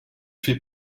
fait